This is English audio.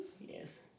Yes